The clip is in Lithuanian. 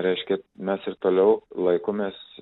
reiškia mes ir toliau laikomės